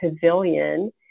Pavilion